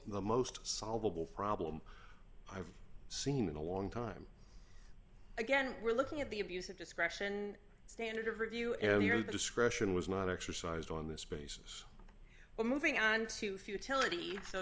the most solvable problem i've seen in a long time again we're looking at the abuse of discretion standard of review if your discretion was not exercised on this basis well moving on to futility so